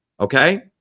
Okay